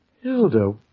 Hilda